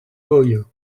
vojo